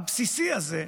הבסיסי הזה,